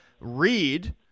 read